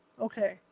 Okay